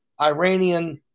Iranian